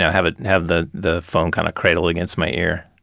yeah have ah have the the phone kind of cradle against my ear,